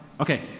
Okay